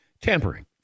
tampering